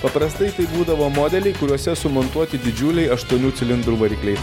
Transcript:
paprastai tai būdavo modeliai kuriuose sumontuoti didžiuliai aštuonių cilindrų varikliai